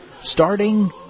starting